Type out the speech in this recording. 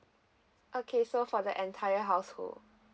okay so for the entire household